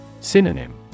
Synonym